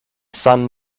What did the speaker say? sun